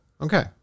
Okay